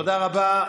תודה רבה.